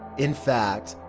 in fact,